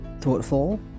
thoughtful